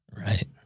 Right